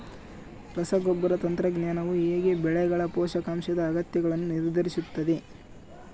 ರಸಗೊಬ್ಬರ ತಂತ್ರಜ್ಞಾನವು ಹೇಗೆ ಬೆಳೆಗಳ ಪೋಷಕಾಂಶದ ಅಗತ್ಯಗಳನ್ನು ನಿರ್ಧರಿಸುತ್ತದೆ?